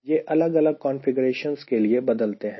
यह अलग अलग कंफीग्रेशंस के लिए बदलते हैं